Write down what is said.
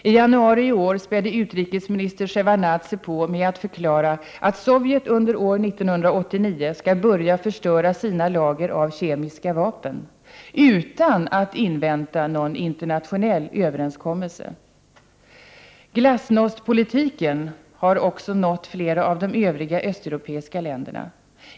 I januari i år spädde utrikesminister Sjevardnadze på med att förklara att Sovjet under år 1989 skall börja förstöra sina lager av kemiska vapen — utan att invänta någon internationell överenskommelse. Glasnostpolitiken har också nått flera av de övriga östeuropeiska länderna.